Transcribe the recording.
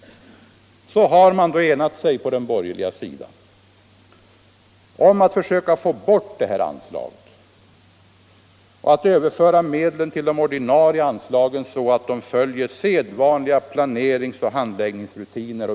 Så har man då enat sig på den borgerliga sidan om att försöka få bort det här anslaget och att överföra medlen till de ordinarie anslagen så att de följer sedvanliga planeringsoch handläggningsrutiner.